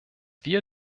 wir